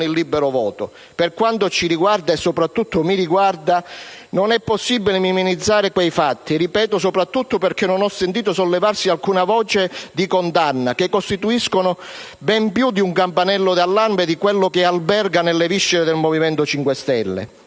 il libero voto. Per quanto ci riguarda, e soprattutto mi riguarda, non è possibile minimizzare quei fatti - ripeto, soprattutto perché non ho sentito sollevarsi alcuna voce di condanna - che costituiscono ben più di un campanello d'allarme di quello che alberga nelle viscere del Movimento 5 Stelle.